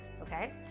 Okay